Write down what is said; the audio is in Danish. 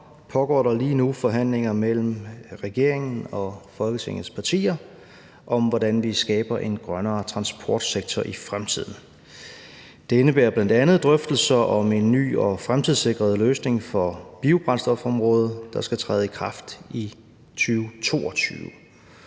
pågår der lige nu forhandlinger mellem regeringen og Folketingets partier om, hvordan vi skaber en grønnere transportsektor i fremtiden. Det indebærer bl.a. drøftelser om en ny og fremtidssikret løsning for biobrændstofområdet, der skal træde i kraft i 2022.